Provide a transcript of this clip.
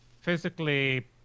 physically